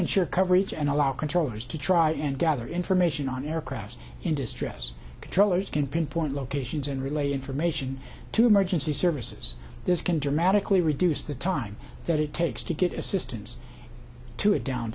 ensure coverage and allow controllers to try and gather information on aircraft in distress controllers can pinpoint locations and relay information to emergency services this can dramatically reduce the time that it takes to get assistance to a down